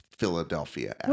Philadelphia